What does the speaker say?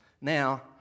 Now